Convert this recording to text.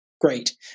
great